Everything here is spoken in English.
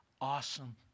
awesome